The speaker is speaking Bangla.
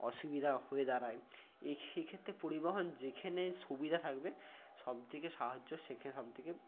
অসুবিধা হয়ে দাঁড়ায় এই ক্ষেত্রে পরিবহন যেখেনে সুবিধা থাকবে সব থেকে সাহায্য সেখানে সব থেকে